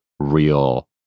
real